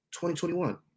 2021